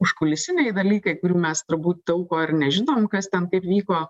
užkulisiniai dalykai kurių mes turbūt daug ko ir nežinom kas ten kaip vyko